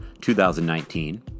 2019